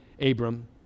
Abram